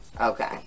Okay